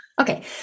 Okay